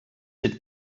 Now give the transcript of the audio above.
did